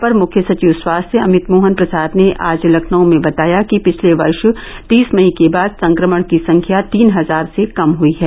अपर मुख्य सचिव स्वास्थ्य अमित मोहन प्रसाद ने आज लखनऊ में बताया कि पिछले वर्ष तीस मई के बाद संक्रमण की संख्या तीन हजार से कम हुई है